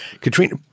Katrina